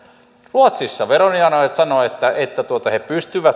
ruotsissa veroviranomaiset sanoivat että että he